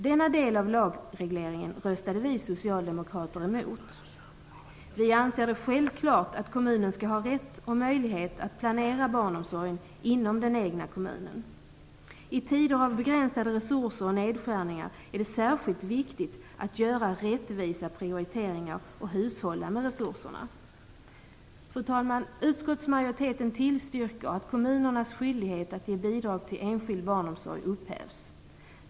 Denna del av lagregleringen röstade vi socialdemokrater emot. Vi anser det självklart att kommunen skall ha rätt och möjlighet att planera barnomsorgen inom den egna kommunen. I tider av begränsade resurser och nedskärningar är det särskilt viktigt att göra rättvisa prioriteringar och att hushålla med resurserna. Fru talman! Utskottsmajoriteten tillstyrker att kommunernas skyldighet att ge bidrag till enskild barnomsorg upphävs.